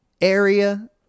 area